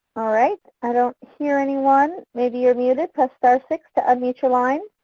all right, i don't hear anyone maybe your muted. press star six to unmute your line.